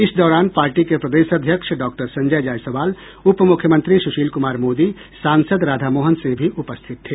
इस दौरान पार्टी के प्रदेश अध्यक्ष डॉक्टर संजय जायसवाल उप मुख्यमंत्री सुशील कुमार मोदी सांसद राधा मोहन सिंह भी उपस्थित थे